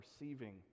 receiving